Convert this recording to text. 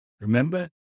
Remember